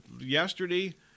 yesterday